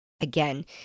Again